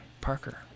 Parker